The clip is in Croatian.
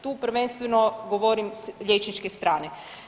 Tu prvenstveno govorim s liječnike strane.